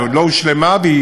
היא עוד לא הושלמה והיא